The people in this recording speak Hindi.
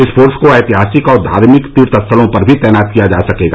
इस फोर्स को ऐतिहासिक और धार्मिक तीर्थ स्थलों पर भी तैनात किया जा सकेगा